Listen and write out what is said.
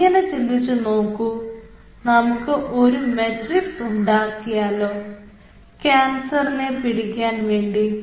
നിങ്ങൾ ഇങ്ങനെ ചിന്തിച്ചു നോക്കൂ നമുക്ക് ഒരു മാട്രിക്സ് ഉണ്ടാക്കിയാലോ ക്യാൻസറിനെ പിടിക്കാൻ വേണ്ടി